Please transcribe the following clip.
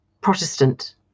Protestant